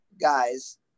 guys